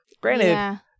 granted